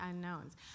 unknowns